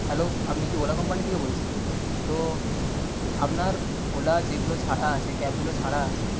hello আপনি কি Ola company থেকে বলছেন তো আপনার ওলা যেগুলো ছাড়া আছে ক্যাবগুলো ছাড়া আছে